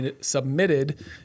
submitted